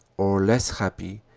or, less happy,